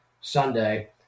Sunday